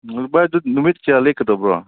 ꯑꯣ ꯚꯥꯏ ꯑꯗꯨ ꯅꯨꯃꯤꯠ ꯀꯌꯥ ꯂꯦꯛꯀꯗꯕ꯭ꯔꯣ